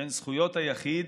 בין זכויות היחיד,